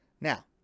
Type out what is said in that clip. Now